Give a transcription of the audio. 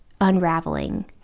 unraveling